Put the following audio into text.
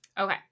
Okay